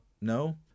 no